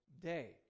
day